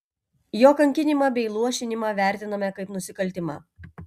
jo kankinimą bei luošinimą vertiname kaip nusikaltimą